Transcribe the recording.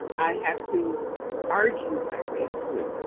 i have to argue my way through.